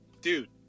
dude